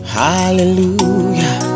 hallelujah